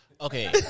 Okay